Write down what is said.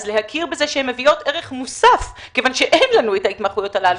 הן מביאות ערך מוסף כיוון שאין לנו את ההתמחויות הללו,